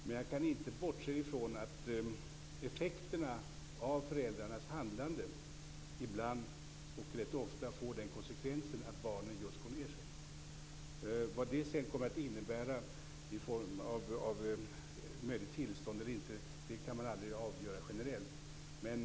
Men jag kan inte bortse från att effekten av föräldrarnas handlande ibland och rätt ofta blir just den att barnen går ned sig. Vad det sedan kommer att innebära i form av möjligt tillstånd eller inte kan man aldrig avgöra generellt.